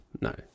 No